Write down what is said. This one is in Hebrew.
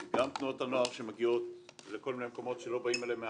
גם תנועות הנוער שמגיעות לכל מיני מקומות שלא באים אליהם,